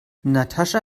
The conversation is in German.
natascha